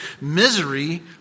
misery